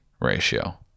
ratio